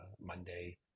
Monday